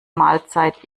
mahlzeit